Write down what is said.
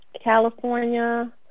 California